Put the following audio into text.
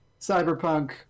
Cyberpunk